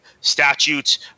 statutes